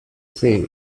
say